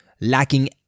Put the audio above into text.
lacking